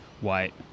white